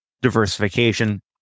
diversification